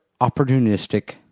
opportunistic